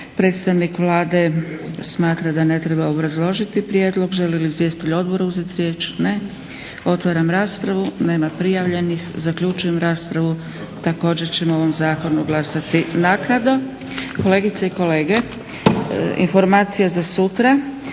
Predstavnik Vlade smatra da ne treba obrazložiti prijedlog. Žele li izvjestitelji odbora uzeti riječ? Ne. Otvaram raspravu. Nema prijavljenih. Zaključujem raspravu. Također ćemo o ovom zakonu glasati naknadno. Kolegice i kolege, informacija za sutra.